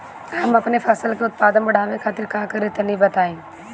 हम अपने फसल के उत्पादन बड़ावे खातिर का करी टनी बताई?